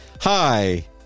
Hi